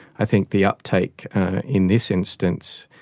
i think the uptake in this instance,